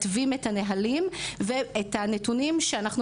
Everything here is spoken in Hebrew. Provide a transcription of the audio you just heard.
מתווים את הנהלים ואת הנתונים שאנחנו